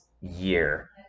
year